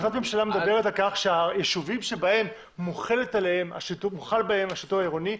החלטת הממשלה מדברת על כך שהיישובים שמוחל בהם השיטור העירוני,